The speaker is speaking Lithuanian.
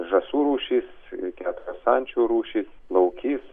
žąsų rūšys keturios ančių rūšys laukys